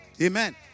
Amen